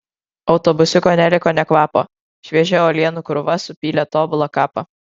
autobusiuko neliko nė kvapo šviežia uolienų krūva supylė tobulą kapą